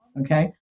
Okay